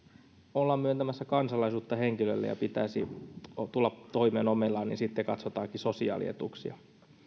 ollaan myöntämässä kansalaisuutta henkilölle ja pitäisi tulla toimeen omillaan niin sitten katsotaankin sosiaalietuuksia